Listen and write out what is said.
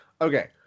Okay